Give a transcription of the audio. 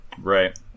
right